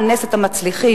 אדוני סגן השר,